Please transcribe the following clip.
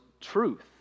truth